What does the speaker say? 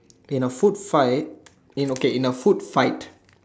in a food fight in okay in a food fight